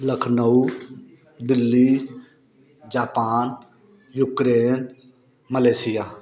Lucknow Delhi Japan Ukraine Malaysia